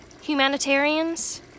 Humanitarians